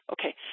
Okay